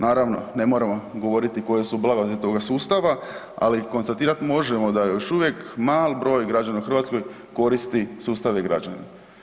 Naravno, ne moram vam govoriti koje su blagodati tog sustava, ali konstatirati možemo da još uvijek mali broj građana u Hrvatskoj koristi sustav e-Građani.